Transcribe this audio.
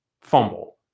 fumble